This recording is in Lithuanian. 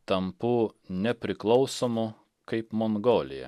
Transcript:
tampu nepriklausomu kaip mongolija